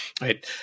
right